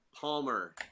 Palmer